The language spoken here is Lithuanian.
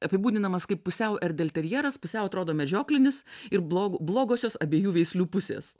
apibūdinamas kaip pusiau erdel terjeras pusiau atrodo medžioklinis ir blogu blogosios abiejų veislių pusės